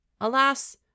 Alas